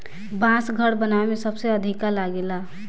बांस घर बनावे में सबसे अधिका लागेला